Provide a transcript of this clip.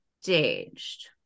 staged